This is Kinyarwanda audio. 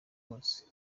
kose